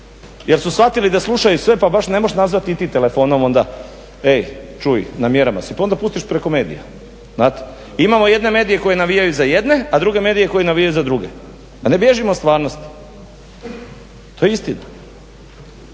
jer su shvatili da slušaju sve pa baš ne moš nazvati i ti telefonom onda ej čuj na …/Ne razumije se./… si, pa onda pustiš preko medija. Imamo jedne medije koji navijaju za jedne, a druge medije koji navijaju za druge, pa ne bježim od stvarnosti, to je istina.